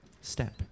step